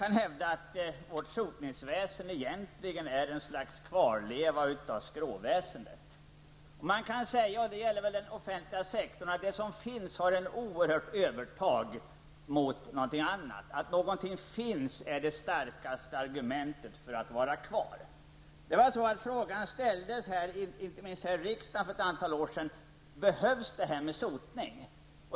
Jag hävdar att vårt sotningsväsende egentligen är ett slags kvarleva av skråväsendet. Man kan säga -- det gäller den offentliga sektorn -- att det som finns har ett oerhört övertag mot någonting nytt. Att någonting finns är det starkaste argumentet för att det skall finnas kvar. Frågan ställdes inte minst här i riksdagen för ett antal år sedan: Behövs sotning?